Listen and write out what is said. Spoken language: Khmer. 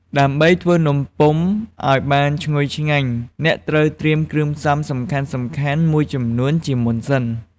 ដើម្បីធ្វើនំពុម្ពឱ្យបានឈ្ងុយឆ្ងាញ់ អ្នកត្រូវត្រៀមគ្រឿងផ្សំសំខាន់ៗមួយចំនួនជាមុនសិន។